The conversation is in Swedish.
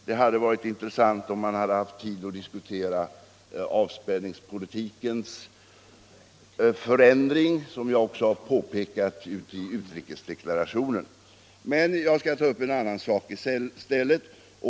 Det hade varit intressant om vi haft tid att diskutera avspänningspo Jitikens förändring, som jag också påpekade i utrikesdeklarationen. Men jag skall stanna vid en annan sak i stället.